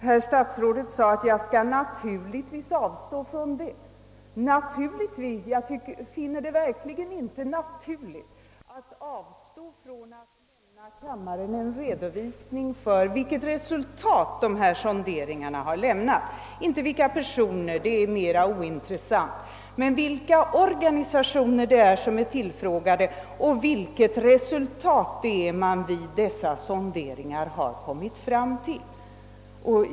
Herr statsrådet sade: »Jag skall naturligtvis avstå från det.» Naturligtvis? Jag finner det verkligen inte naturligt att avstå från att lämna kammaren en redovisning, inte för vilka personer — det är mera ointressant — utan för vilka organisationer som är tillfrågade och för vilket resultat man vid dessa sonderingar har kommit fram till.